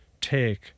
take